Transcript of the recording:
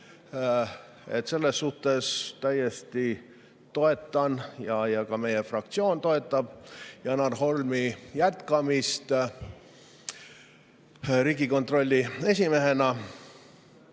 Selles suhtes ma täiesti toetan ja ka meie fraktsioon toetab Janar Holmi jätkamist Riigikontrolli esimehena. Aga